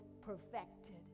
perfected